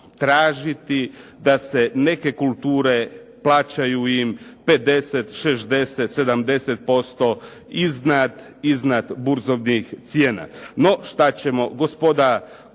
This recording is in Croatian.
tražiti da se neke kulture plaćaju im 50, 60, 70% iznad burzovnih cijena. No, šta ćemo. Gospođa Kosor i